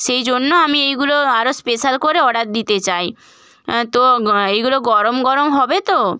সেই জন্য আমি এইগুলো আরও স্পেশাল করে অর্ডার দিতে চাই তো এইগুলো গরম গরম হবে তো